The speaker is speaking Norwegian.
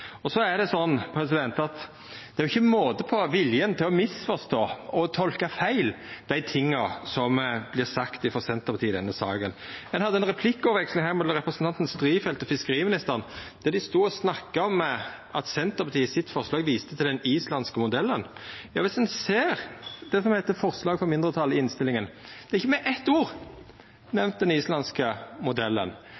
Så er det ikkje måte på viljen til å misforstå og tolka feil dei tinga som vert sagt frå Senterpartiet i denne saka. Det var ei replikkveksling her mellom representanten Strifeldt og fiskeriministeren der dei stod og snakka om at Senterpartiets forslag viste til den islandske modellen. Viss ein ser på det som heiter forslag frå mindretal i innstillinga, er ikkje den islandske modellen nemnt med eitt ord,